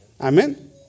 Amen